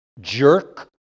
Jerk